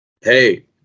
Hey